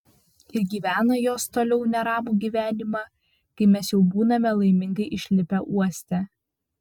ir gyvena jos toliau neramų gyvenimą kai mes jau būname laimingai išlipę uoste